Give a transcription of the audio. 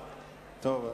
זהו,